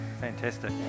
Fantastic